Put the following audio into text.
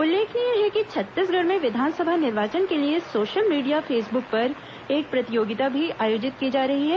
उल्लेखनीय है कि छत्तीसगढ़ में विधानसभा निर्वाचन के लिए सोशल मीडिया फेसबुक पर एक प्रतियोगिता भी आयोजित की जा रही है